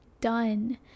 done